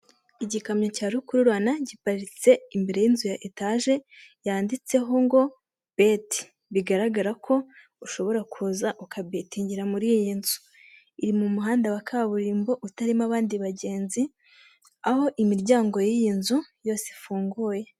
Igikamyo cya rukururana giparitse imbere y'inzu ya etaje yanditseho ngo beti, bigaragara ko ushobora kuza ukabetingira muri iyi nzu, iri mu muhanda wa kaburimbo utarimo abandi bagenzi, aho imiryango y'iyi nzu yose ifunguye.